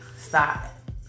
Stop